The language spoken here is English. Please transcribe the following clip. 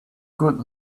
good